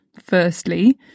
firstly